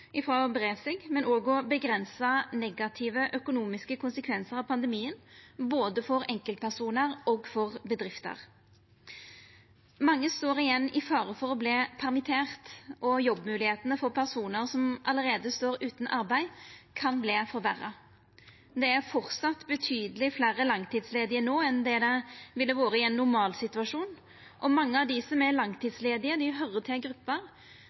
og for å dempa dei negative økonomiske konsekvensane av pandemien både for enkeltpersonar og for bedrifter. Mange står igjen i fare for å verta permitterte, og jobbmoglegheitene for personar som allereie står utan arbeid, kan verta forverra. Det er framleis betydeleg fleire langtidsledige no enn det ville vore i ein normalsituasjon, og mange av dei som er langtidsledige, høyrer til